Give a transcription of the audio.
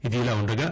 ఇది ఇలా ఉండగా